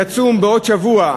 הוא יצום בעוד שבוע,